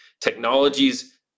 technologies